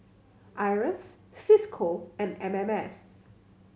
IRAS Cisco and M M S